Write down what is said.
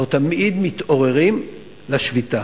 אנחנו תמיד מתעוררים לשביתה.